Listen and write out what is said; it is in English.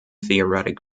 theoretic